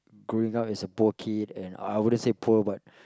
growing up as a poor kid and I wouldn't say poor but